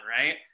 right